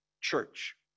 church